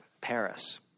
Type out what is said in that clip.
Paris